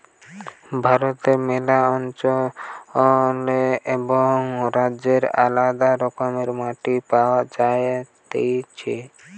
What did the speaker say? ভারতে ম্যালা অঞ্চলে এবং রাজ্যে আলদা রকমের মাটি পাওয়া যাতিছে